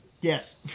Yes